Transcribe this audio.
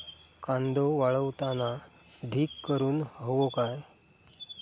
कांदो वाळवताना ढीग करून हवो काय?